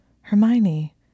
Hermione